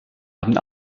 haben